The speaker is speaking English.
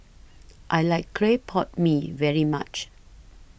I like Clay Pot Mee very much